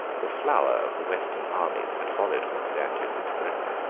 the flower of the western armies had followed constantius into britain,